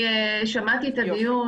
אני שמעתי את הדיון.